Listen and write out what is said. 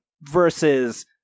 versus